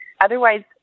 Otherwise